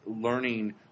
learning